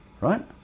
right